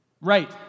Right